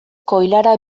koilara